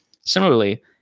Similarly